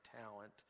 talent